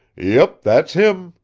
yep. that's him,